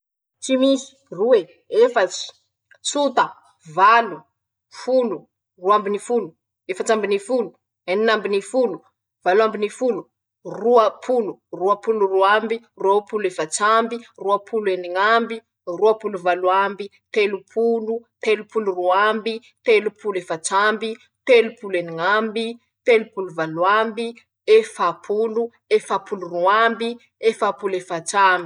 Tsy misy, roe, efatsy, tsiota, valo, folo, roa ambiny folo, efats'ambiny folo, enin'ambiny folo, valo ambiny folo, roapolo, roapolo roa amby, roapolo efats'amby, roapolo eniñ'amby, roapolo valo amby, telopolo, telopolo roa amby, telopolo efats'amby, telopolo eniñ'amby, telopolo valo amby, efapolo, efapolo roa amby, efapolo efats'amby.